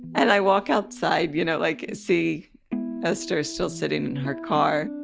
and i walk outside, you know, like see esther still sitting in her car.